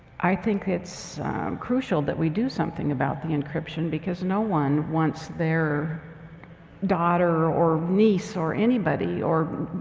i think it's crucial that we do something about the encryption, because no one wants their daughter or niece or anybody or,